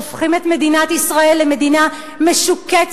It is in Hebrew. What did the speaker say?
הופכים את מדינת ישראל למדינה משוקצת,